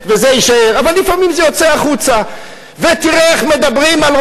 זה סעיף שמעולם לא הופעל, ואתה יכול לתת לו